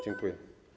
Dziękuję.